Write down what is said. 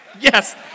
Yes